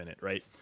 right